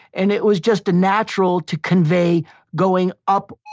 and it was just natural to convey going up